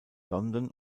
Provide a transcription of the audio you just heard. london